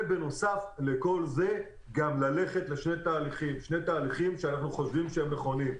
בנוסף לכל זה צריך גם לעשות שני תהליכים שאנחנו חושבים שהם נכונים.